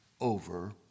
over